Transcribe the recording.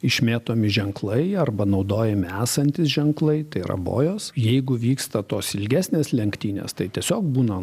išmėtomi ženklai arba naudojami esantys ženklai tai yra bojos jeigu vyksta tos ilgesnės lenktynės tai tiesiog būna